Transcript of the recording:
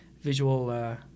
visual